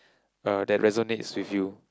uh that resonates with you